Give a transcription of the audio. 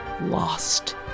lost